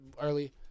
early